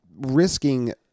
risking